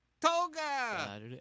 Toga